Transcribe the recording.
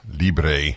Libre